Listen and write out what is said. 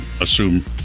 assume